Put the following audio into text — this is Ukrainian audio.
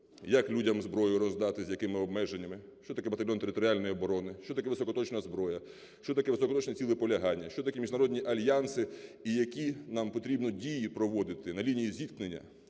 як людям зброю роздати, з якими обмеженнями, що таке батальйон територіальної оборони, що таке високоточна зброя, що таке високоточне цілеполягання, що таке міжнародні альянси, і які нам потрібно дії проводити на лінії зіткнення,